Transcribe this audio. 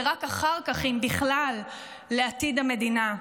ורק אחר כך, אם בכלל, לעתיד המדינה,